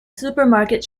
supermarket